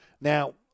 Now